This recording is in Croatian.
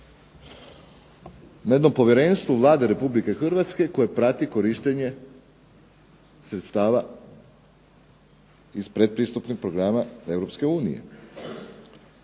na jednom povjerenstvu Vlade RH koje prati korištenje sredstava iz predpristupnih programa EU.